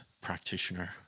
practitioner